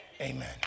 amen